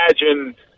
imagine